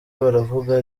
baravuga